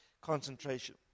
concentration